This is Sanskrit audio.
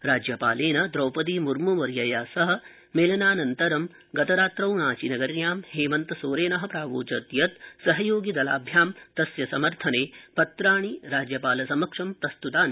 राज्यपालेन द्रौपदी मूर्म वर्या सह मेलनानन्तरं गतरात्रौ रांची नगयाँ हेमन्तसोरेन प्रावोचत् यत् सहयोगिदलाभ्यां तस्य समर्थने पत्राणि राज्यपालसमक्षं प्रस्तुतानि